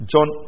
John